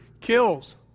kills